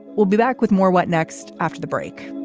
we'll be back with more what next after the break